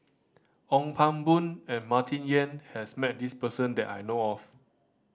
Ong Pang Boon and Martin Yan has met this person that I know of